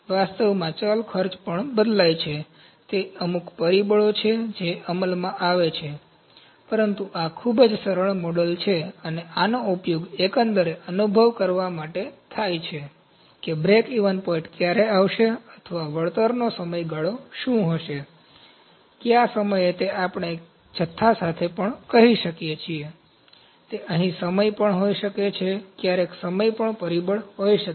વાસ્તવમાં ચલ ખર્ચ પણ બદલાય છે તે અમુક પરિબળો છે જે અમલમાં આવે છે પરંતુ આ ખૂબ જ સરળ મોડલ છે અને આનો ઉપયોગ એકંદરે અનુભવ કરવા માટે થાય છે કે બ્રેકઇવન પોઇન્ટ ક્યારે આવશે અથવા વળતરનો સમયગાળો શું હશે કયા સમયે તે આપણે જથ્થા સાથે પણ કહી શકીએ તે અહીં સમય પણ હોઈ શકે છે ક્યારેક સમય પણ પરિબળ હોઈ શકે છે